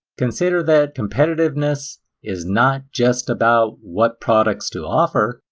consider that competitiveness is not just about what products to offer,